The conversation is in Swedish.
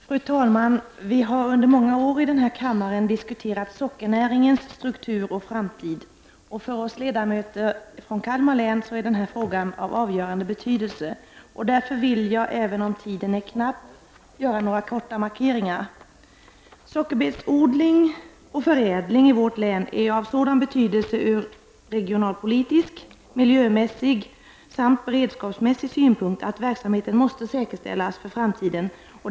Fru talman! Vi har under många år i denna kammare diskuterat sockernäringens struktur och framtid. För oss ledamöter från Kalmar län är denna fråga av avgörande betydelse. Därför vill jag, även om tiden är knapp, göra några korta markeringar. Sockerbetsodling och förädling i vårt län är av sådan betydelse från regionalpolitisk, miljömässig och beredskapsmässig synpunkt att verksamheten måste säkerställas för framtiden.